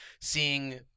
seeing